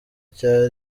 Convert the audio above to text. cya